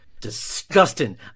Disgusting